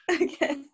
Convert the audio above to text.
Okay